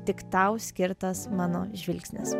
tik tau skirtas mano žvilgsnis